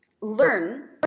learn